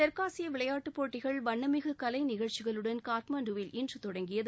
தெற்காசிய விளையாட்டுப் போட்டிகள் வண்ணமிகு கலை நிகழ்ச்சிகளுடன் காட்மாண்டுவில் இன்று தொடங்கியது